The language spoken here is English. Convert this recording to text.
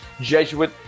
Jesuit